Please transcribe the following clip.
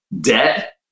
Debt